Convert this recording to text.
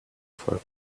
for